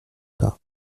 pas